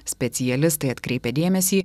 specialistai atkreipia dėmesį